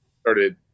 started